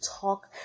talk